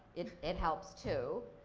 it it helps, too.